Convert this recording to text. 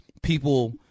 People